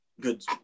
good